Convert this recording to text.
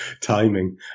Timing